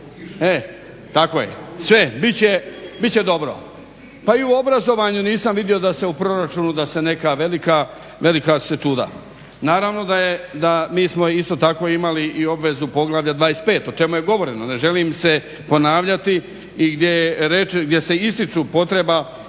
Tako je, sve, bit će dobro. Pa i u obrazovanju nisam vidio da se u proračunu neka velika …, naravno da mi smo isto tako imali i obvezu poglavlja 25 o čemu je govoreno. Ne želim se ponavljati i gdje se ističu potreba